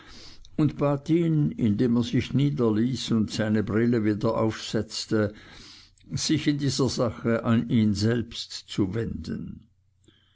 und bat ihn indem er sich niederließ und seine brille wieder aufsetzte sich in dieser sache an ihn selbst zu wenden